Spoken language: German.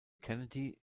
kennedy